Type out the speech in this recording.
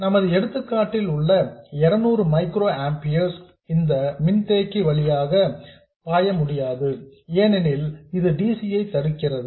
நமது எடுத்துக் காட்டில் உள்ள 200 மைக்ரோ ஆம்பியர்ஸ் இந்த மின்தேக்கி வழியாக முடியாது ஏனெனில் இது dc ஐ தடுக்கிறது